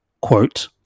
quote